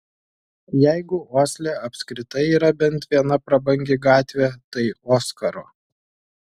jeigu osle apskritai yra bent viena prabangi gatvė tai oskaro